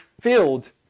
filled